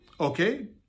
okay